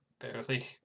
barely